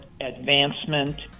advancement